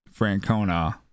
Francona